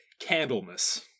candlemas